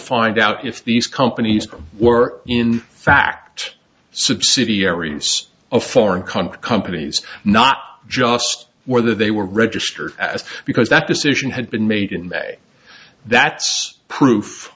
find out if these companies were in fact subsidiaries of foreign country companies not just where they were registered as because that decision had been made in that that's proof